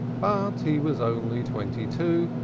but he was only twenty-two,